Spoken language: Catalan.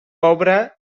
obra